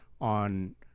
on